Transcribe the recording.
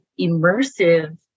immersive